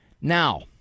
Now